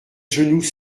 genoux